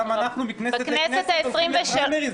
גם אנחנו מכנסת לכנסת הולכים לפריימריז.